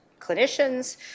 clinicians